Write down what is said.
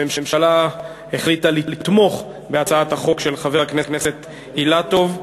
הממשלה החליטה לתמוך בהצעת החוק של חבר הכנסת אילטוב.